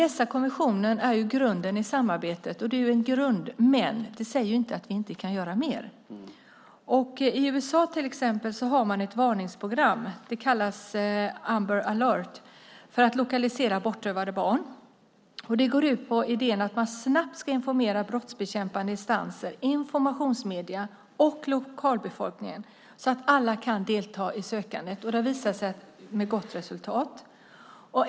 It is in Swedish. Dessa konventioner är grunden i samarbetet, men det säger inte att vi inte kan göra mer. I USA har man till exempel ett varningsprogram, som kallas amber alert, för att lokalisera bortrövade barn. Det går ut på idén att man snabbt ska informera brottsbekämpande instanser, informationsmedier och lokalbefolkningen så att alla kan delta i sökandet. Det har visat gott resultat.